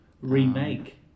Remake